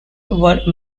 were